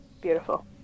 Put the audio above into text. Beautiful